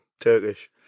Turkish